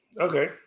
Okay